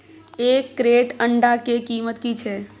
एक क्रेट अंडा के कीमत की छै?